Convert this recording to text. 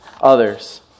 others